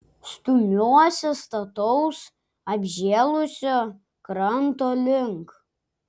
stumiuosi stataus apžėlusio kranto link